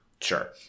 sure